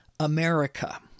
America